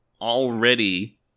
already